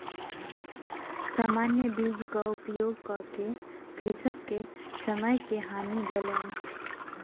सामान्य बीजक उपयोग कअ के कृषक के समय के हानि भेलैन